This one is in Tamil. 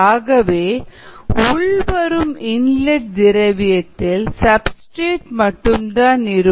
ஆகவே உள்வரும் இன் லட் திரவியத்தில் சப்ஸ்டிரேட் மட்டும்தான் இருக்கும்